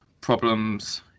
problems